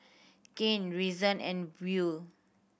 Kane Reason and Buel